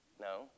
No